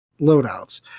loadouts